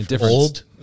old